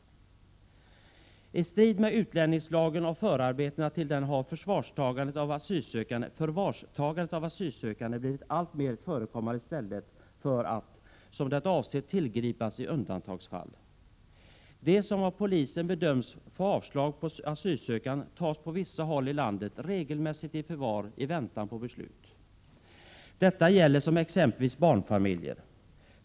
I strid med utlänningslagen och förarbetena till den har förvarstagande av asylsökande blivit allmänt förekommande i stället för att — som avsikten var — tillgripas i undantagsfall. De som av polisen bedöms få avslag på asylansökan tas på vissa håll i landet regelmässigt i förvar i väntan på beslut. Detta gäller exempelvis barnfamiljer.